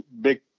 Big